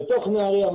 בתוך מי הים,